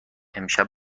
امشب